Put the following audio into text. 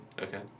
Okay